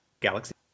Galaxy